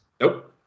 Nope